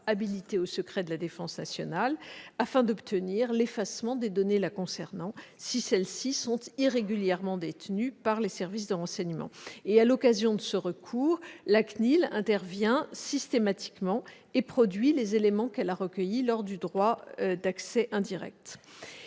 habilitée au secret de la défense nationale, afin d'obtenir l'effacement des données la concernant si celles-ci sont irrégulièrement détenues par les services de renseignement. À l'occasion de ce recours, la CNIL intervient systématiquement et produit les éléments qu'elle a recueillis lors de l'exercice du droit d'accès indirect.